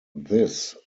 this